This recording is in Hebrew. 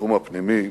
בתחום הפנימי.